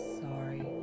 sorry